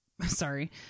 Sorry